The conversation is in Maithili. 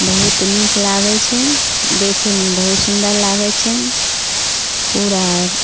बहुत नीक लागै छनि देखैमे बहुत सुन्दर लागै छनि पूरा